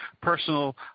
personal